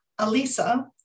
Alisa